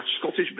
Scottish